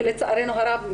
ולצערנו הרב,